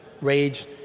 Rage